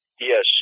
Yes